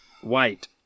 White